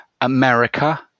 America